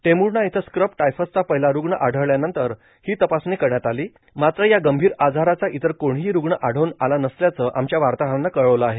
टेंभूर्णा इथं स्क्रब टायफसचा पहिला रूग्ण आढळल्यानंतर ही तपासणी करण्यात आली मात्र या गंभीर आजाराचा इतर कोणीही रूग्ण आढळून आला नसल्याचं आमच्या वार्ताहरानं कळवलं आहे